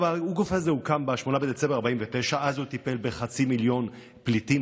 הגוף הזה הוקם ב-8 בדצמבר 1949. אז הוא טיפל בחצי מיליון פליטים,